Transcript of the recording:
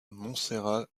montserrat